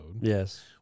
Yes